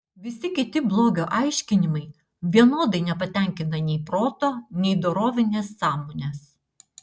visi kiti blogio aiškinimai vienodai nepatenkina nei proto nei dorovinės sąmonės